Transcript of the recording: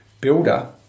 Builder